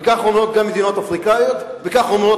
וכך אומרות גם מדינות אפריקניות וכך אומרות